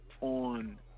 on